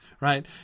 right